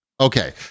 Okay